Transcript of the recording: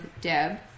Deb